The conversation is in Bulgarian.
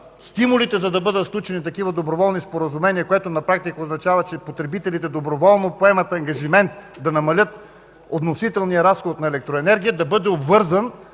стимулите, за да бъдат сключени такива доброволни споразумения, което на практика означава, че потребителите доброволно поемат ангажимент да намалят относителния разход на електроенергия, да бъде обвързан